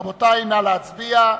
רבותי, נא להצביע.